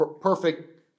Perfect